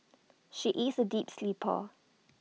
she is A deep sleeper